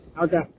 Okay